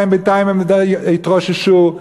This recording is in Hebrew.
ובינתיים הם די התרוששו?